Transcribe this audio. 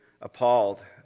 appalled